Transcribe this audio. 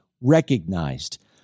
recognized